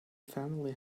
family